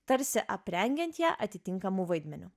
tarsi aprengiant ją atitinkamu vaidmeniu